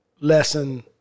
lesson